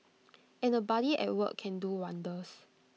and A buddy at work can do wonders